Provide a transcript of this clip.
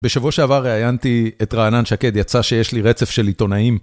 בשבוע שעבר ראיינתי את רענן שקד, יצא שיש לי רצף של עיתונאים.